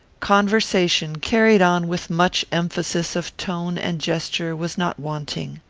conversation, carried on with much emphasis of tone and gesture, was not wanting.